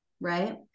right